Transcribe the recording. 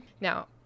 Now